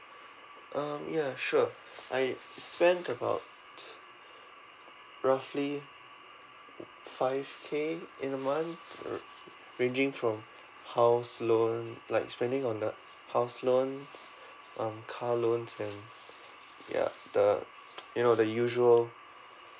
um ya sure I spent about roughly five K in a month uh ranging from house loan like spending on the house loan um car loan and ya the you know the usual